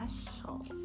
special